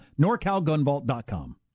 NorCalGunVault.com